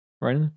right